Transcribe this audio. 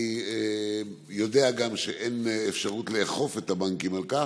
אני יודע גם שאין אפשרות לאכוף על הבנקים את זה,